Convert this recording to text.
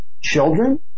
children